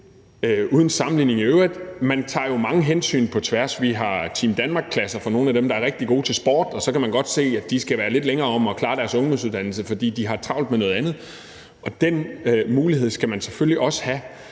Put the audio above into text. Uden sammenligning i øvrigt har vi Team Danmark-klasser for nogle af dem, der er rigtig gode til sport; man kan godt se, at de skal være lidt længere om at klare deres ungdomsuddannelse, fordi de har travlt med noget andet, og den mulighed skal man selvfølgelig også have,